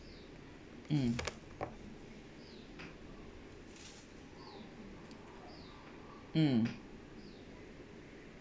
mm mm